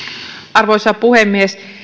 arvoisa puhemies